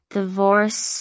Divorce